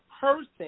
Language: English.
person